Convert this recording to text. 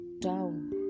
down